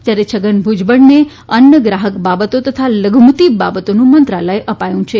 જ્યારે છગન ભુજબળને અન્ન ગ્રાહક બાબતો તથા લધુમતી બાબતોનું મંત્રાલય અપાયું છે